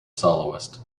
soloist